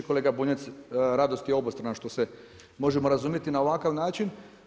Kolega Bunjac, radost je obostrana što se možemo razumjeti na ovakav način.